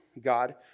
God